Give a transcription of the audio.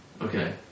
Okay